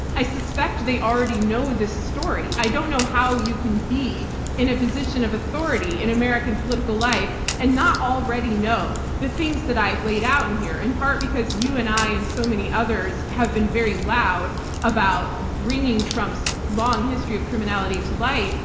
i suspect they already know this story. i don't know how you can be in a position of authority in american political life and not already know the things that i've laid out in here, in part because you and i and so many others have been very loud about bringing trump's long history of criminality to light,